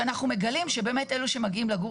שאנחנו מגלים שבאמת אלו שמגיעים לגור